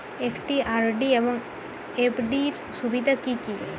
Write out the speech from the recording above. একটি আর.ডি এবং এফ.ডি এর সুবিধা কি কি?